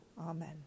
Amen